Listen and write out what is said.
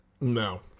no